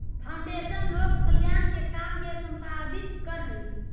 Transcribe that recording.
foundation लोक कल्याण के काम के संपादित करऽ हई